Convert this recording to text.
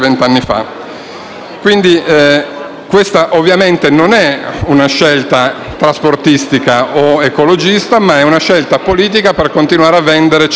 questa non è una scelta trasportistica o ecologista, ma è una scelta politica per continuare a vendere cemento e tondino.